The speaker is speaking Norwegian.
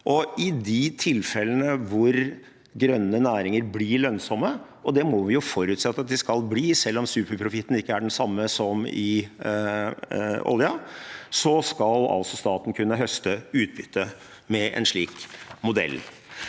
I de tilfellene hvor grønne næringer blir lønnsomme – og det må vi jo forutsette at de skal bli, selv om superprofitten ikke er den samme som i oljen – skal altså staten kunne høste utbytte med en slik modell.